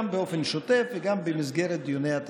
גם באופן שוטף וגם במסגרת דיוני התקציב.